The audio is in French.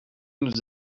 nous